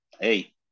hey